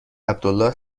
عبدالله